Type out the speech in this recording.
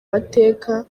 mateka